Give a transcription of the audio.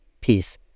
peace